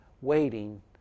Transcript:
waiting